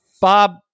Bob